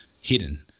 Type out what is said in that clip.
hidden